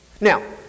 Now